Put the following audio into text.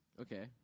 Okay